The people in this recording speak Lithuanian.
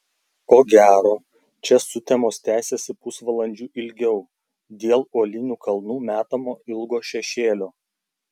ko gero čia sutemos tęsiasi pusvalandžiu ilgiau dėl uolinių kalnų metamo ilgo šešėlio